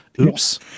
Oops